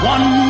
One